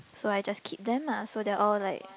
so I just keep them lah so they are all like